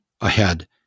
ahead